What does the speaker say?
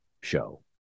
show